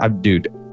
dude